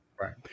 Right